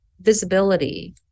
visibility